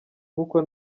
nk’uko